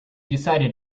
decided